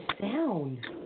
sound